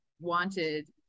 wanted